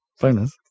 Bonus